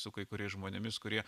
su kai kuriais žmonėmis kurie